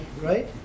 right